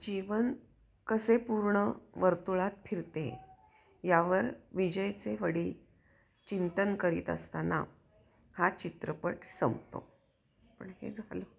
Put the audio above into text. जीवन कसे पूर्ण वर्तुळात फिरते यावर विजयचे वडील चिंतन करीत असताना हा चित्रपट संपतो पण हे झालं